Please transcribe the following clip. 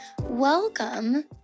Welcome